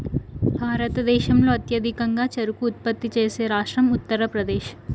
భారతదేశంలో అత్యధికంగా చెరకు ఉత్పత్తి చేసే రాష్ట్రం ఉత్తరప్రదేశ్